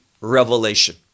revelation